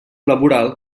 laboral